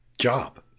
job